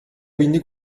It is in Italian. quindi